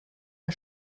der